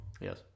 Yes